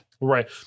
Right